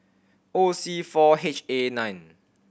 O C four H A nine